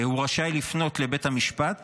הוא רשאי לפנות לבית המשפט